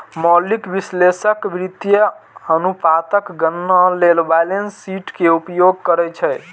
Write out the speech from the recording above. मौलिक विश्लेषक वित्तीय अनुपातक गणना लेल बैलेंस शीट के उपयोग करै छै